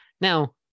now